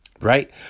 Right